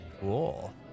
Cool